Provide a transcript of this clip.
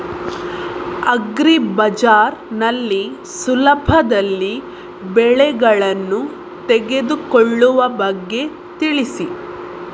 agri Bazaar ನಲ್ಲಿ ಸುಲಭದಲ್ಲಿ ಬೆಳೆಗಳನ್ನು ತೆಗೆದುಕೊಳ್ಳುವ ಬಗ್ಗೆ ತಿಳಿಸಿ